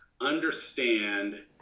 understand